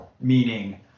Meaning